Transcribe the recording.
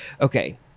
Okay